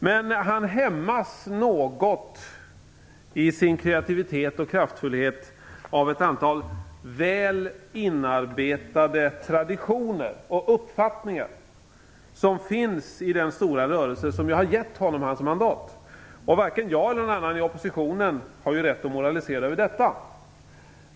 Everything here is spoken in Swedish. Men han hämmas något i sin kreativitet och kraftfullhet av ett antal väl inarbetade traditioner och uppfattningar som finns i den stora rörelse som har gett honom hans mandat. Varken jag eller någon annan i opposition har rätt att moralisera över detta.